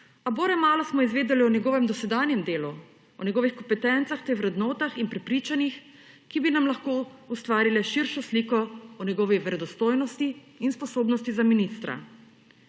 A bore malo smo izvedeli o njegovem dosedanjem delu, o njegovih kompetencah, ter vrednotah in prepričanjih, ki bi nam lahko ustvarile širšo sliko o njegovi verodostojnosti in sposobnosti za ministra.